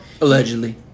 Allegedly